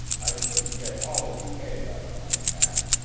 i couldn't get all of the egg out of my hat,